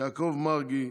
יעקב מרגי,